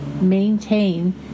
maintain